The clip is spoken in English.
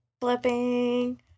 Flipping